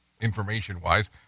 information-wise